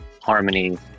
harmony